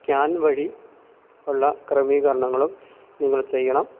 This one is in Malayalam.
ക്യാൻ വഴി ഉള്ള ക്രമീകരണങ്ങളും നിങ്ങൾ ചെയ്യണം